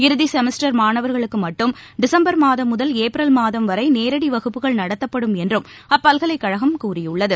இறுதிசெமஸ்டர் மாணவர்களுக்குமட்டும் டிசம்பர் மாதம் முதல் ஏப்ரல் மாதம் வரைநேரடிவகுப்புகள் நடத்தப்படும் என்றும் அப்பல்கலைக் கழகம் கூறியுள்ளது